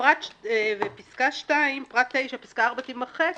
פרט 9 פסקה (4) תימחק.